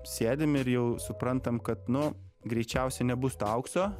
sėdim ir jau suprantam kad nu greičiausiai nebus to aukso